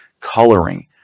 coloring